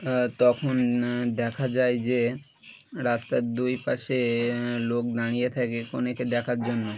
তখন দেখা যায় যে রাস্তার দুই পাশে লোক দাঁড়িয়ে থাকে কনেকে দেখার জন্য